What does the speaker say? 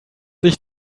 sich